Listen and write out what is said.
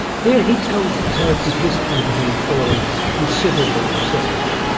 here he tells the tale from his point of view, following considerable research.